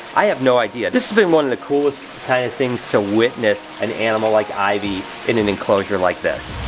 i have no idea. this has been one of the coolest kind of things to witness an animal like ivy in an enclosure like this.